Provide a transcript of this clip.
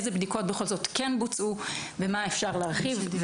איזה בדיקות בכל זאת כן בוצעו ומה אפשר להרחיב?